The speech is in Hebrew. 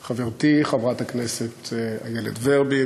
מאת חברי הכנסת מסעוד גנאים וקבוצת חברי הכנסת,